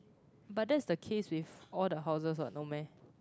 but that's the case with all the houses what no meh